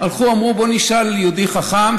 אמרו: בוא נשאל יהודי חכם.